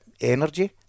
energy